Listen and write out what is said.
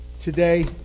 today